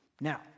Now